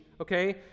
Okay